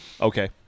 Okay